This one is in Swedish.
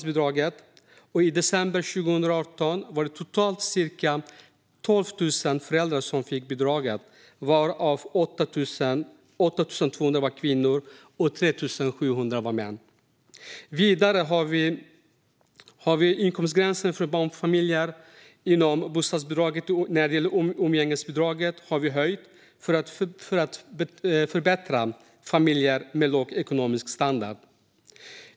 I december 2018 var det totalt ca 12 000 föräldrar som fick bidraget, varav 8 200 var kvinnor och 3 700 var män. Vidare höjde vi inkomstgränsen för barnfamiljer och umgängesbidraget inom bostadsbidraget för att förbättra för familjer med låg ekonomisk standard.